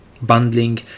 bundling